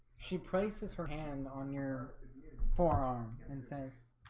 she places her hand on your forearm and says